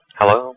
Hello